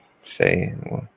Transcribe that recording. say